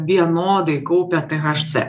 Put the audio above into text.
vienodai kaupia tė haš cė